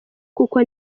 kuko